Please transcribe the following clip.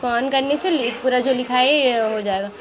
বাতাসের আর্দ্রতাকে ইংরেজি ভাষায় আমরা হিউমিডিটি বলে জানি